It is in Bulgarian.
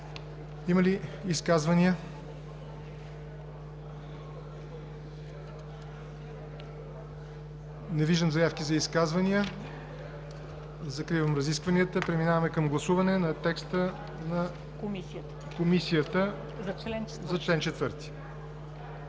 Има ли изказвания? Не виждам заявки за изказвания. Закривам разискванията. Преминаваме към гласуване на текста на Комисията за чл. 4.